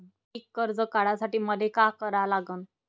पिक कर्ज काढासाठी मले का करा लागन?